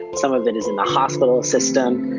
some of it is in the hospital system.